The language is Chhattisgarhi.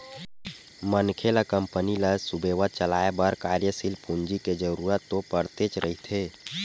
मनखे ल कंपनी ल सुबेवत चलाय बर कार्यसील पूंजी के जरुरत तो पड़तेच रहिथे